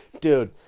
Dude